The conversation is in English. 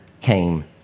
came